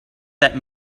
that